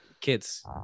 kids